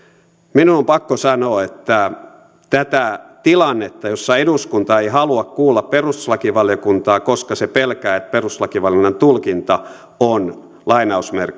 minun on pakko sanoa että tätä tilannetta jossa eduskunta ei halua kuulla perustuslakivaliokuntaa koska se pelkää että perustuslakivaliokunnan tulkinta on